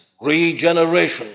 regeneration